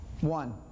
One